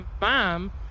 mom